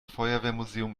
feuerwehrmuseum